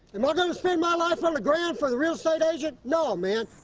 am i going to spend my life on the ground for the real estate agent? no, man.